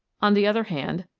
on the other hand,